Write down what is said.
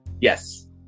yes